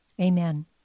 Amen